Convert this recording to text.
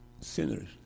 sinners